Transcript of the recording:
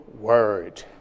Word